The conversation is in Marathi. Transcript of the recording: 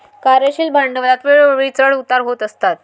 कार्यशील भांडवलात वेळोवेळी चढ उतार होत असतात